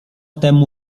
temu